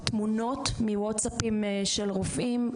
תמונות בוואטסאפים של רופאים,